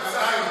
כספים.